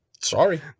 sorry